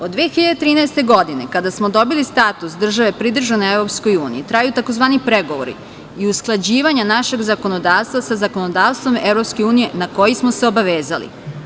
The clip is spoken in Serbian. Od 2013. godine, kada smo dobili status države pridružene EU, traju tzv. pregovori i usklađivanja našeg zakonodavstva sa zakonodavstvom EU na koji smo se obavezali.